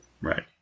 Right